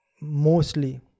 mostly